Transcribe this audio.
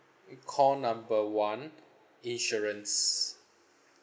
i~ call number one insurance